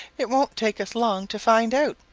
it won't take us long to find out,